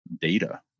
data